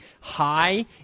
high